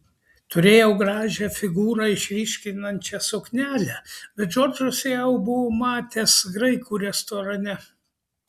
turėjau gražią figūrą išryškinančią suknelę bet džordžas ją jau buvo matęs graikų restorane